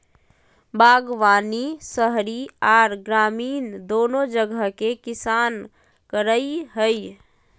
बागवानी शहरी आर ग्रामीण दोनो जगह के किसान करई हई,